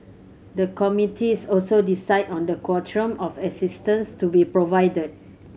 the committees also decide on the quantum of assistance to be provided